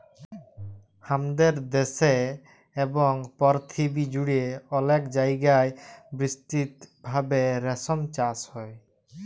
হামাদের দ্যাশে এবং পরথিবী জুড়ে অলেক জায়গায় বিস্তৃত ভাবে রেশম চাস হ্যয়